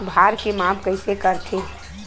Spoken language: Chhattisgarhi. भार के माप कइसे करथे?